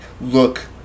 look